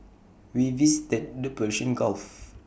we visited the Persian gulf